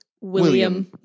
William